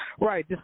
Right